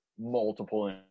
multiple